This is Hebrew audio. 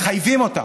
מחייבים אותם,